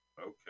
Okay